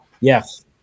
Yes